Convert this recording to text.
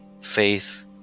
faith